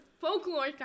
folklore